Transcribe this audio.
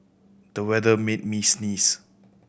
the weather made me sneeze